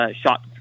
shot –